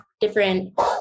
different